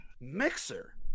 Mixer